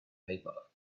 paper